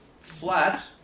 flat